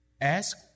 Ask